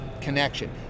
connection